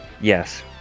Yes